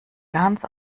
ganz